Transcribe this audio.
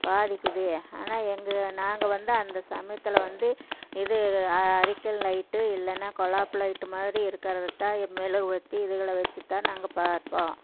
பாதிக்குது ஆனால் எங்கள் நாங்கள் வந்து அந்த சமயத்தில் வந்து இது அரிக்கன் லைட்டு இல்லைனா கொழாப்பு லைட்டு மாதிரி இருக்கறதை தான் மெழுகுவத்தி இதுகளை வச்சு தான் நாங்கள் பார்ப்போம்